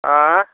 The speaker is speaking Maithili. आँए